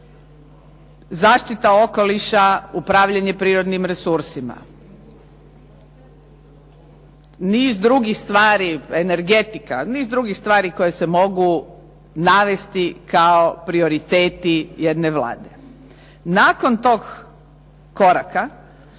zaštita okoliša, upravljanje prirodnim resursima, niz drugih stvari energetika, niz drugih stvari koje se mogu navesti kao prioriteti jedne Vlade. Nakon tog koraka,